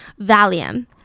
Valium